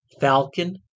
falcon